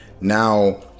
Now